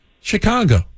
Chicago